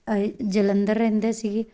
ਅਸੀਂ ਜਲੰਧਰ ਰਹਿੰਦੇ ਸੀਗੇ